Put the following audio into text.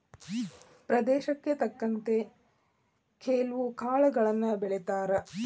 ಪ್ರದೇಶಕ್ಕೆ ತಕ್ಕಂತೆ ಕೆಲ್ವು ಕಾಳುಗಳನ್ನಾ ಬೆಳಿತಾರ